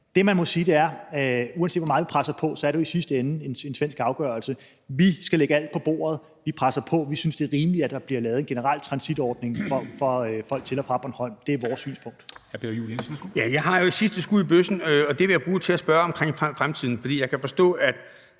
Det, man bare må sige, er, at uanset hvor meget vi presser på, er det jo i sidste ende en svensk afgørelse. Vi skal lægge alt på bordet. Vi presser på, og vi synes, det er rimeligt, at der bliver lavet en generel transitordning for folk til og fra Bornholm. Det er vores synspunkt. Kl. 13:20 Formanden (Henrik Dam Kristensen): Hr. Peter Juel-Jensen,